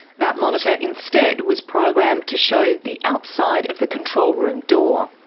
that monitor instead was programmed to show the outside of the control room door.